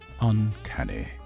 uncanny